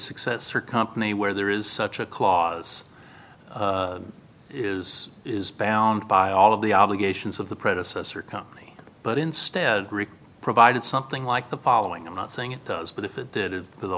successor company where there is such a clause is is bound by all of the obligations of the predecessor company but instead provided something like the following i'm not saying it does but if it did it